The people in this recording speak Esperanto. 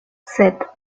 sed